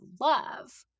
love